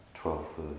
Twelfth